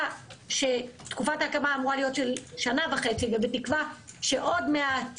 תקופת ההקמה אמורה להיות של שנה וחצי ובתקווה שעוד מעט